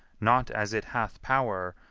not as it hath power,